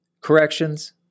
Corrections